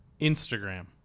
Instagram